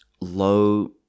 Low